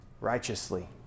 righteously